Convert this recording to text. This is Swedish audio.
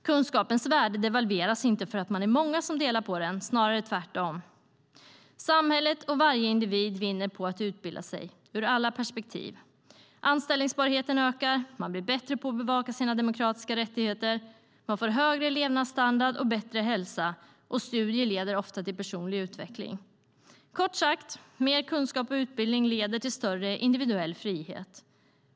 Kunskapens värde devalveras inte för att man är många som delar på den, snarare tvärtom. Samhället och varje individ vinner på att utbilda sig, ur alla perspektiv. Anställbarheten ökar. Man blir bättre på att bevaka sina demokratiska rättigheter. Man får högre levnadsstandard och bättre hälsa, och studier leder ofta till personlig utveckling. Kort sagt, mer kunskap och utbildning leder till större individuell frihet.